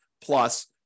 plus